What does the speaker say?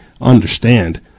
understand